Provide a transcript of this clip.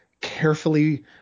carefully